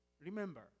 Remember